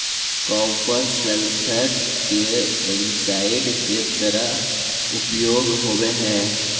copper sulphate के algicide के तरह उपयोग होवऽ हई